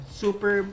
super